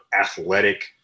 athletic